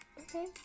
okay